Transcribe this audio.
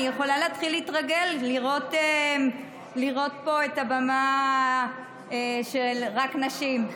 אני יכולה להתחיל להתרגל לראות פה במה רק של נשים.